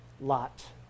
Lot